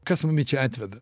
kas mumi čia atveda